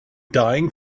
dying